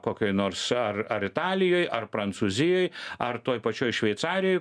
kokioj nors ar ar italijoj ar prancūzijoj ar toj pačioj šveicarijoj